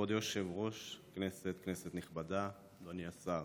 כבוד היושב-ראש, כנסת נכבדה, אדוני השר,